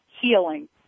healing